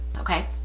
Okay